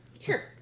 Sure